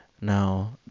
Now